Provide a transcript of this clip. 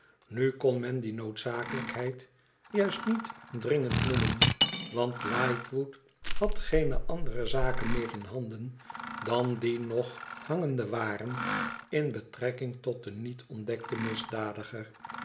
nu kon men die noodzakelijkheid juist niet dri n ge n d noemen want lightwood had geene andere zaken meer in handen dan die nog hangende waren in betrekking tot den niet ontdekten misdadiger